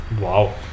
Wow